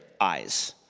eyes